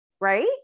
Right